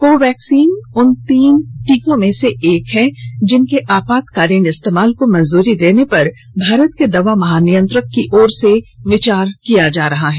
Covaxin उन तीन टीकों में से एक है जिनके आपातकालीन इस्तेमाल को मंजूरी देने पर भारत के दवा महानियंत्रक की ओर से विचार किया जा रहा है